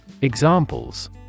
Examples